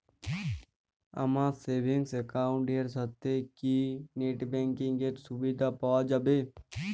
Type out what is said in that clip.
আমার savings account এর সাথে কি নেটব্যাঙ্কিং এর সুবিধা পাওয়া যাবে?